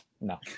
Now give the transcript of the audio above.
No